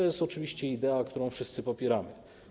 Jest to oczywiście idea, którą wszyscy popieramy.